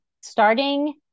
starting